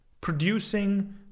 Producing